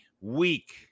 week